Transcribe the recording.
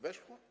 Weszło?